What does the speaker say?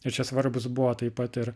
ir čia svarbūs buvo taip pat ir